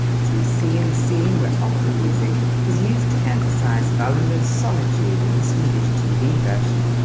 as we see in a scene where opera music is used to emphasise wallander's solitude in the swedish tv version.